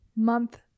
month